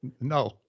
No